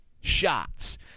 shots